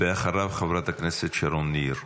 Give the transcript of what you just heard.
אחריו, חברת הכנסת שרון ניר.